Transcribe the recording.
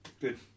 good